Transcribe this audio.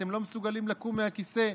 אתם לא מסוגלים לקום מהכיסא,